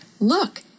Look